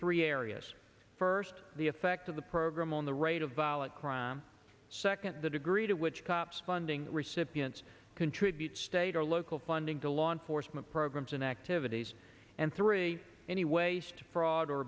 three areas first the effect of the program on the rate of violent crime second the degree to which cops funding recipients contribute state or local funding to law enforcement programs and activities and three any waste fraud or